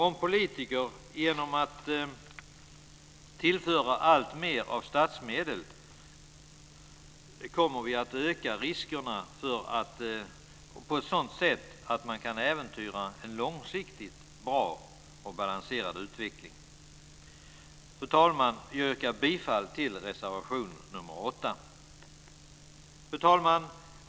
Om politiker tillför alltmer av statsmedel kommer vi att öka riskerna så att en långsiktigt bra och balanserad utveckling kan äventyras. Fru talman! Jag yrkar bifall till reservation nr 8.